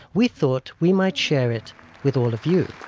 we thought we might share it with all of you